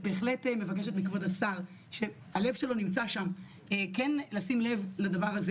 באחים ואחיות המחסור בישראל הוא אפילו יותר גדול מאשר ברופאים.